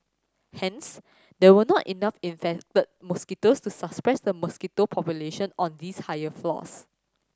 hence there were not enough infected mosquitoes to the mosquito population on these higher floors